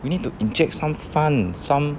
you need to inject some fun some